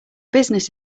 business